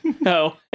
No